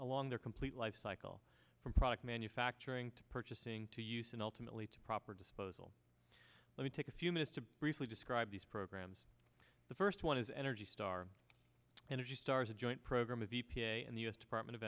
along their complete lifecycle from product manufacturing to purchasing to use and ultimately to proper disposal let me take a few minutes to briefly describe these programs the first one is energy star energy star is a joint program of e p a and the u s department of